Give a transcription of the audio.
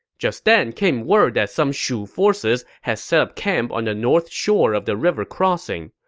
just then came word that some shu forces had set up camp on the north shore of the river crossing.